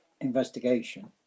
investigation